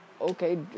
Okay